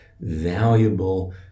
valuable